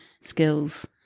skills